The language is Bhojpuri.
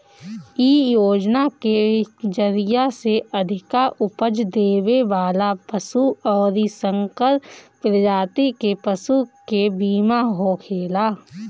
इ योजना के जरिया से अधिका उपज देवे वाला पशु अउरी संकर प्रजाति के पशु के बीमा होखेला